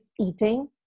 eating